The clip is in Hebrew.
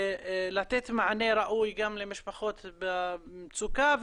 ולתת מענה ראוי גם למשפחות במצוקה,